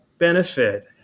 benefit